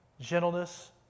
gentleness